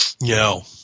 No